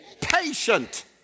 patient